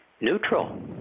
neutral